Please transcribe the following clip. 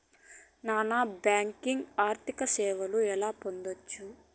Non banking ఆర్థిక సేవలు ఎలా పొందొచ్చు?